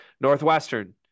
Northwestern